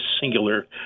singular